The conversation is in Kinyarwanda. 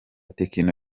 tekno